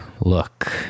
look